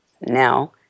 Now